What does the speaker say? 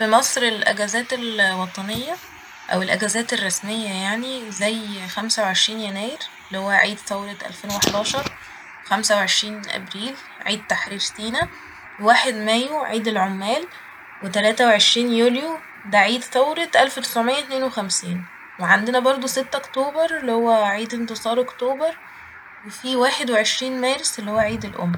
في مصر الأجازات ال- وطنية أو الأجازات الرسمية يعني زي خمسة وعشرين يناير اللي هو عيد ثورة ألفين وحداشر وخمسة وعشرين أبريل عيد تحرير سينا ، واحد مايو عيد العمال وتلاتة وعشرين يوليو ده عيد ثورة ألف تسعمية اتنين وخمسين ، وعندنا برضه ستة أكتوبر اللي هو عيد انتصار أكتوبر وفي واحد وعشرين مارس اللي هو عيد الأم